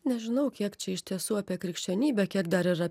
nežinau kiek čia iš tiesų apie krikščionybę kiek dar ir